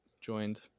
joined